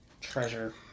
treasure